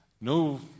No